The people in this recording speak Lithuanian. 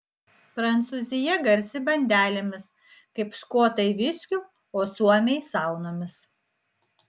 prancūzija garsi bandelėmis kaip škotai viskiu o suomiai saunomis